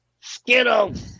Skittles